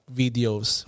videos